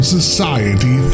Society